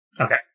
Okay